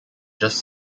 just